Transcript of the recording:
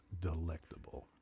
Delectable